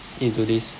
into this